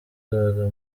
d’or